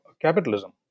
capitalism